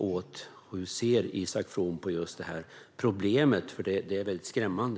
Hur ser Isak From på problemet? Det är väldigt skrämmande.